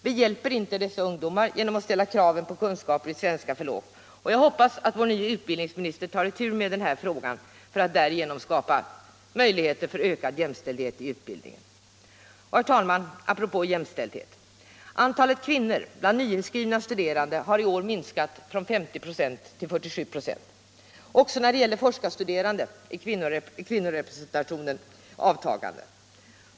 Vi hjälper inte dessa ungdomar genom att ställa kraven på kunskaper i svenska för lågt. och jag hoppas att vår nye utbildningsminister tar itu med denna fråga för att därigenom skapa möjligheter för ökad jämställdhet i utbildningen. Och, herr talman, apropå jämställdhet: Antalet kvinnor bland nyinskrivna studerande har i år minskat från 50 96 till 47 96. Också när det gäller forskarstuderande är kvinnorepresentationen i avtagande.